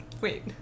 Wait